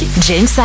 James